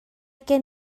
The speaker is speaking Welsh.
gen